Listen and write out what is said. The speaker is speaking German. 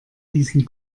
diesen